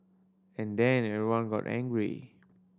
and then everyone got angry